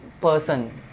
person